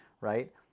Right